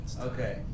Okay